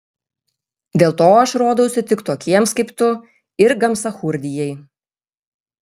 dėl to aš rodausi tik tokiems kaip tu ir gamsachurdijai